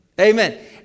Amen